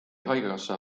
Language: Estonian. haigekassa